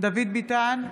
דוד ביטן,